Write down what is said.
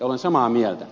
olen samaa mieltä